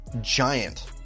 giant